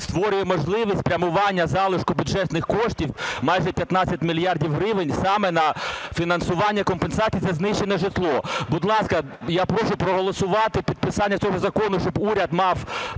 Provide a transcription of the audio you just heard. створює можливість спрямування залишку бюджетних коштів майже 15 мільярдів гривень саме на фінансування компенсації за знищене житло. Будь ласка, я прошу проголосувати підписання цього закону, щоб уряд мав